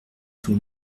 tout